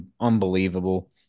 unbelievable